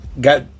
got